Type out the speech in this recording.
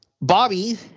Bobby